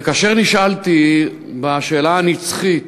וכאשר נשאלתי את השאלה הנצחית,